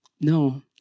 No